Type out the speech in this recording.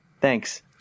Thanks